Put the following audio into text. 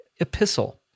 epistle